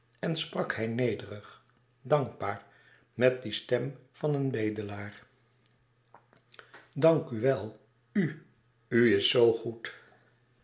en sprak hij nederig dankbaar met die stem als van een bedelaar dank u wel u u is zoo goed